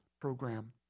program